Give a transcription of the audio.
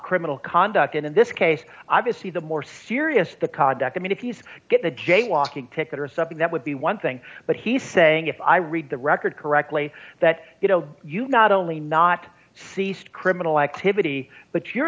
criminal conduct and in this case obviously the more serious the kadok i mean if he's get the jaywalking ticket or something that would be one thing but he's saying if i read the record correctly that you know you not only not ceased criminal activity but you're